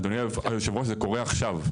אדוני היו"ר זה קורה עכשיו,